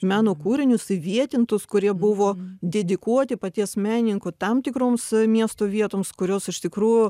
meno kūrinius įvietintus kurie buvo dedikuoti paties menininko tam tikroms miesto vietoms kurios iš tikrųjų